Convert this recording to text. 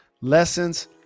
lessons